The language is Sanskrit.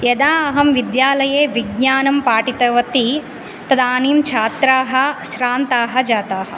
यदा अहं विद्यालये विज्ञानं पाठितवती तदानीं छात्राः श्रान्ताः जाताः